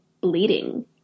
bleeding